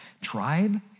tribe